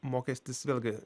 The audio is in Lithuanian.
mokestis vėlgi